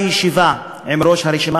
לפני כמה ימים הייתה ישיבה של ראש הרשימה